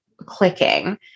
clicking